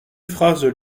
phrases